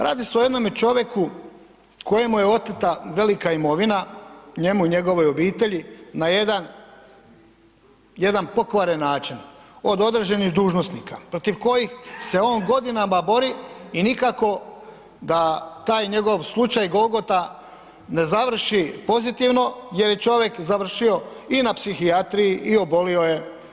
Radi se o jednome čovjeku kojemu je oteta velika imovina, njemu i njegovoj obitelji na jedan pokvaren način od određenih dužnosnika protiv kojih se on godinama bori i nikako da taj njegov slučaj Golgota ne završi pozitivno jer je čovjek završio i na psihijatriji i obolio je.